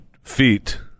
feet